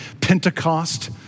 Pentecost